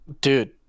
Dude